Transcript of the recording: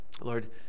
Lord